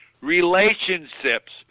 Relationships